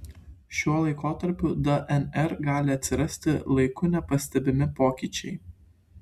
šiuo laikotarpiu dnr gali atsirasti laiku nepastebimi pokyčiai